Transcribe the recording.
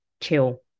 chill